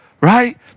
right